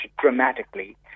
dramatically